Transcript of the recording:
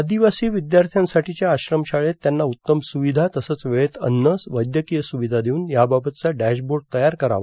आदिवासी विद्यार्थ्यांसाठीच्या आश्रमशाळेत त्यांना उत्तम स्रविधा तसंच वेळेत अन्न वैद्यकीय सुविधा देऊन याबाबतचा डॅश बोर्ड तयार करावा